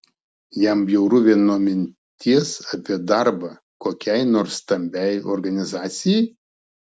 jam bjauru vien nuo minties apie darbą kokiai nors stambiai organizacijai